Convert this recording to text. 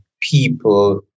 people